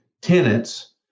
tenants